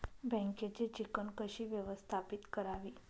बँकेची चिकण कशी व्यवस्थापित करावी?